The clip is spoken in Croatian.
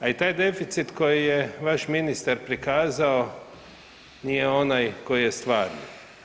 A i taj deficit koji je vaš ministar prikazao nije onaj koji je stvari.